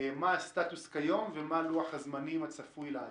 מה הסטטוס כיום ומה לוח הזמנים הצפוי לעתיד.